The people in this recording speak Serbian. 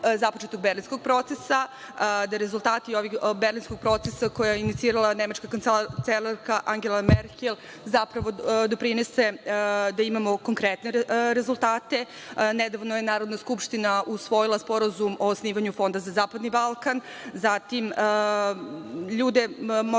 Berlinskog procesa, da rezultati berlinskog procesa, koji je inicirala nemačka kancelarka Angela Merkel, zapravo doprinese da imamo konkretne rezultate. Nedavno je Narodna skupština usvojila Sporazum o osnivanju Fonda za zapadni Balkan. Zatim, ljude možemo